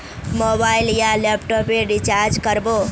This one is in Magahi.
मोबाईल या लैपटॉप पेर रिचार्ज कर बो?